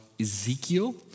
Ezekiel